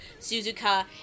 Suzuka